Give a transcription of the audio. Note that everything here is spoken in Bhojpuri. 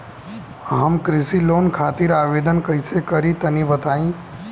हम कृषि लोन खातिर आवेदन कइसे करि तनि बताई?